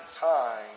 time